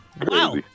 Wow